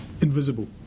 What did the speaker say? Invisible